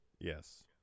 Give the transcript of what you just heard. Yes